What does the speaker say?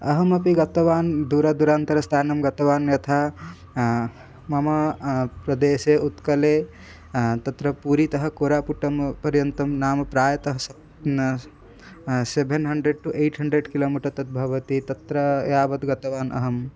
अहमपि गतवान् दूरदुरान्तरस्थानं गतवान् यथा मम प्रदेशे उत्कले तत्र पूरीतः कोरापुट्टं पर्यन्तं नाम प्रायतः सप् seven hundred to eight hundred kilometre तद् भवति तत्र यावत् गतवान् अहं